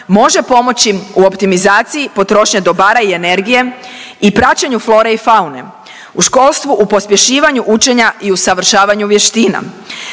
može pomoći u optimizaciji potrošnje dobara i energije i praćenju flore i faune, u školstvu u pospješivanju učenja i usavršavanju vještina,